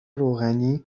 روغنی